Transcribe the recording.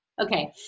Okay